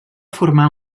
formar